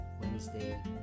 Wednesday